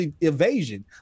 evasion